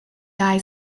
guy